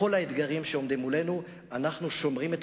בכל האתגרים שעומדים מולנו אנחנו שומרים את